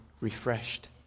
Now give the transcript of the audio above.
refreshed